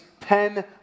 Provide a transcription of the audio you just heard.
ten